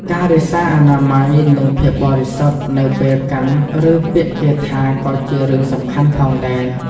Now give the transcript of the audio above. ការរក្សាអនាម័យនិងភាពបរិសុទ្ធនៅពេលកាន់ឬពាក់គាថាក៏ជារឿងសំខាន់ផងដែរ។